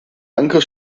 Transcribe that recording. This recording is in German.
anker